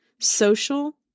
social